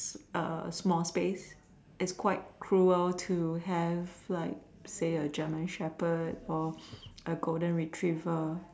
small space its quite cruel to have like say a German Shepherd or a golden retriever